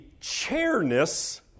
chairness